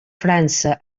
frança